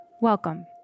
Welcome